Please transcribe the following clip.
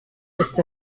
ist